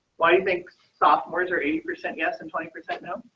why you think sophomores or eight percent yes and twenty percent now.